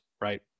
right